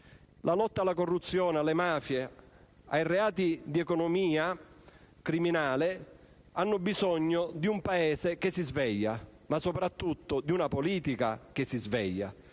la lotta alla corruzione, alle mafie, ai reati di economia criminale ha bisogno di un Paese che si svegli, ma soprattutto di una politica che si svegli,